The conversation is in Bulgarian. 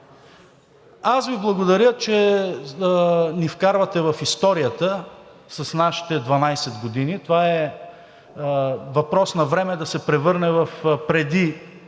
Аз Ви благодаря, че ни вкарвате в историята с нашите 12 години. Това е въпрос на време да се превърне в „преди